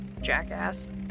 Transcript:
Jackass